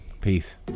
peace